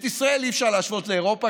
את ישראל אי-אפשר להשוות לאירופה,